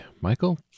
michael